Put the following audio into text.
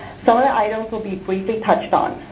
some of our items will be briefly touched on.